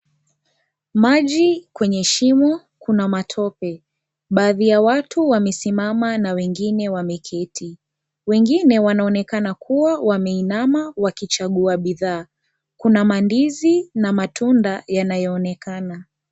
Maji kwenye shimo. Kuna matope, baadhi ya watu, wamesimama na wengine wameketi. Wengine, wanaonekana kuwa wameinama wakichagua bidhaa. Kuna mandizi na matunda yanayoonekana.